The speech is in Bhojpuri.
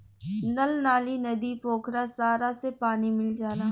नल नाली, नदी, पोखरा सारा से पानी मिल जाला